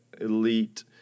elite